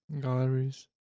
Galleries